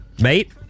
mate